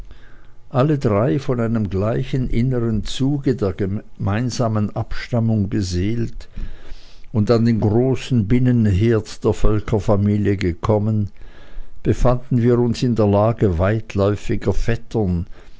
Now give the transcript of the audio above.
alle drei von einem gleichen innern zuge der gemeinsamen abstammung beseelt und an den großen binnenherd der völkerfamilie gekommen befanden wir uns in der lage weitläufiger vettern